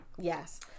Yes